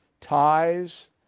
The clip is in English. ties